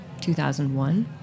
2001